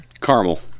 Caramel